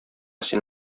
син